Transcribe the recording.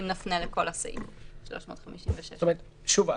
אם נפנה לכל סעיף 356. שוב,